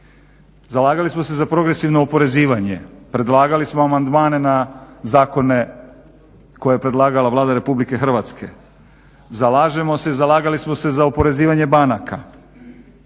zalagali smo se za progresivno oporezivanje predlagali smo amandmane na zakone koje je predlagala Vlada RH. Zalažemo se i zalagali smo se za oporezivanje banaka.